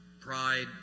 Pride